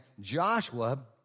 Joshua